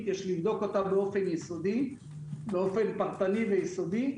יש לבדוק אותה באופן פרטני ויסודי,